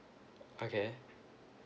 okay